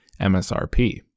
MSRP